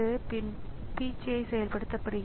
அதன்படி கணினி அதை கவனித்துக்கொள்கிறது